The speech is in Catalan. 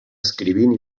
escrivint